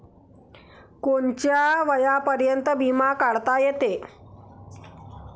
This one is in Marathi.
कोनच्या वयापर्यंत बिमा काढता येते?